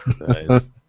nice